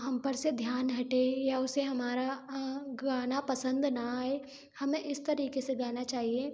हम पर से ध्यान हटे या उसे हमारा गाना पसंद ना आए हमें इस तरीके से गाना चाहिए